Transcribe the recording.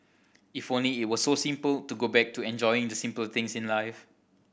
if only it were so simple to go back to enjoying the simple things in life